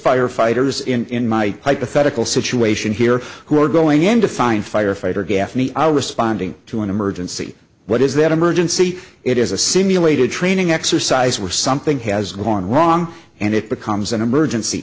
firefighters in my hypothetical situation here who are going in to find firefighter gaffney are responding to an emergency what is that emergency it is a simulated training exercise where something has gone wrong and it becomes an emergency